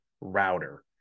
router